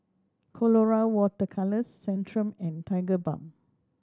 Colora Water Colours Centrum and Tigerbalm